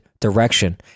direction